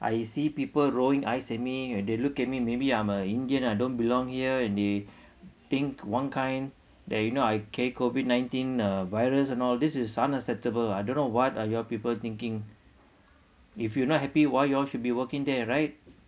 I see people rowing eyes at me and they look at me maybe I'm a indian I don't belong here and they think one kind that you know I carried COVID nineteen uh virus and all this is unacceptable I don't know what are your people thinking if you not happy why you all should be working there right